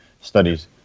studies